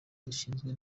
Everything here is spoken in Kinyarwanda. dushinzwe